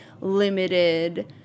limited